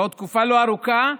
בעוד תקופה לא ארוכה,